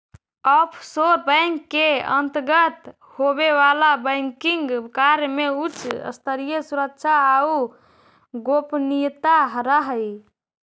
offshore bank के अंतर्गत होवे वाला बैंकिंग कार्य में उच्च स्तरीय सुरक्षा आउ गोपनीयता रहऽ हइ